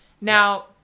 Now